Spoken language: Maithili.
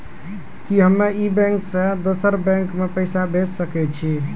कि हम्मे इस बैंक सें दोसर बैंक मे पैसा भेज सकै छी?